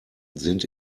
sind